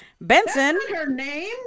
Benson